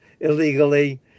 illegally